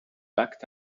backed